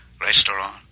restaurant